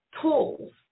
tools